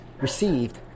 received